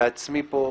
בעצמי מכיר,